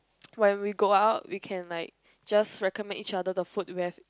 when we go out we can like just recommend each other the food we have